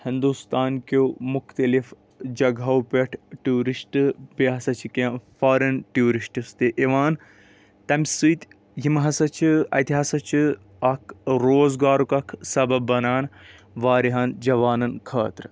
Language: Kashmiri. ہِندُستان کیٚو مُختٔلِف جگہو پٮ۪ٹھ ٹوٗرِسٹ بیٚیہِ ہسا چھِ کیٚنٛہہ فارِنۍ ٹیوٗرِسٹس تہِ یِوان تَمہِ سۭتۍ یِم ہسا چھ اَتہِ ہسا چھِ اکھ روزگارُک اکھ سَبب بَنان وارہن جوانن خٲطرٕ